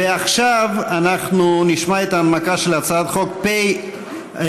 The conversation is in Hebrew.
ועכשיו אנחנו נשמע את ההנמקה של הצעת חוק פ/211,